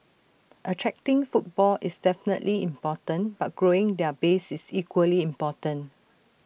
attracting footfall is definitely important but growing the base is equally important